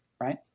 right